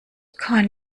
kann